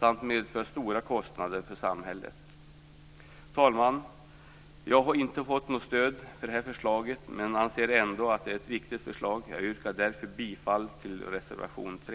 samt medför stora kostnader för samhället. Herr talman! Jag har inte fått något stöd för det här förslaget men anser ändå att det är viktigt. Jag yrkar därför bifall till reservation 3.